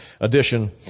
edition